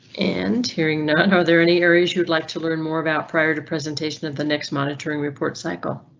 and hearing are there any areas you would like to learn more about prior to presentation of the next monitoring report cycle?